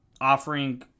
offering